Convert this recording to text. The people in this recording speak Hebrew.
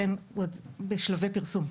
הוא כרגע בשלבי פרסום.